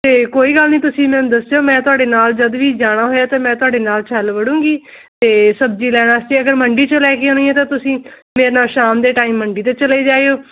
ਅਤੇ ਕੋਈ ਗੱਲ ਨਹੀਂ ਤੁਸੀਂ ਮੈਨੂੰ ਦੱਸਿਓ ਮੈਂ ਤੁਹਾਡੇ ਨਾਲ ਜਦੋਂ ਵੀ ਜਾਣਾ ਹੋਇਆ ਤਾਂ ਮੈਂ ਤੁਹਾਡੇ ਨਾਲ ਚੱਲ ਵੜੂੰਗੀ ਅਤੇ ਸਬਜ਼ੀ ਲੈਣ ਵਾਸਤੇ ਅਗਰ ਮੰਡੀ 'ਚੋਂ ਲੈ ਕੇ ਆਉਣੀ ਹੈ ਤਾਂ ਤੁਸੀਂ ਮੇਰੇ ਨਾਲ ਸ਼ਾਮ ਦੇ ਟਾਈਮ ਮੰਡੀ 'ਤੇ ਚਲੇ ਜਾਓ